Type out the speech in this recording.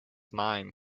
mine